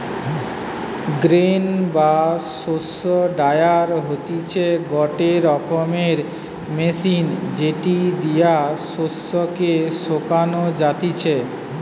grain বা শস্য dryer হতিছে গটে রকমের মেশিন যেটি দিয়া শস্য কে শোকানো যাতিছে